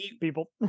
people